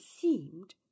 seemed